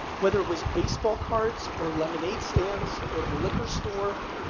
whether it was baseball cards, or lemonade stands, or the liquor store,